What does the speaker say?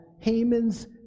Haman's